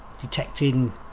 detecting